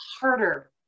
harder